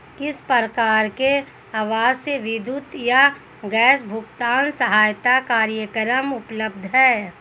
किस प्रकार के आवासीय विद्युत या गैस भुगतान सहायता कार्यक्रम उपलब्ध हैं?